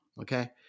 okay